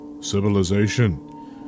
civilization